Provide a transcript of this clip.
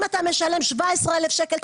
אם אתה משלם 17,000 שקל,